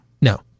No